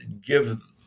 give